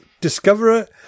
discoverer